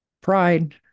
Pride